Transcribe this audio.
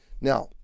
Now